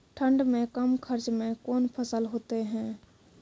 ठंड मे कम खर्च मे कौन फसल होते हैं?